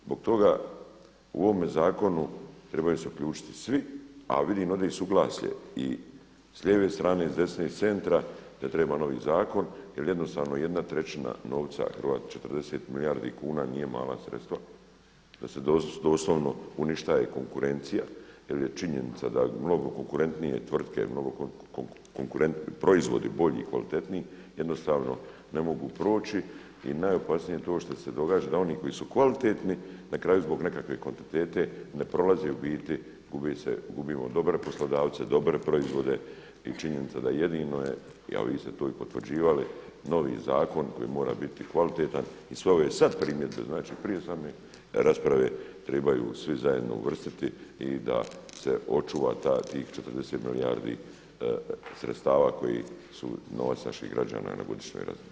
Zbog toga u ovome zakonu trebaju se uključiti svi a vidim ovdje i suglasje i s lijeve strane i s desne strane i s centra da treba novi zakon jer jednostavno jedna trećina novca, 40 milijardi kuna nije mala sredstva da se doslovno uništava konkurencija jer je činjenica da mnogo konkurentnije tvrtke, mnogo konkurentniji proizvodi, bolji, kvalitetniji jednostavno ne mogu proći i najopasnije je to što se događa da oni koji su kvalitetni na kraju zbog nekakve kvantitete ne prolazi u biti, gubi se, gubimo dobre poslodavce, dobre proizvode i činjenica da jedino je, a vi ste to i potvrđivali novi zakon koji mora biti kvalitetan i sve ove sad primjedbe, znači prije same rasprave trebaju svi zajedno uvrstiti i da se očuva tih 40 milijardi kuna, sredstava koji su novac naših građana na godišnjoj razini.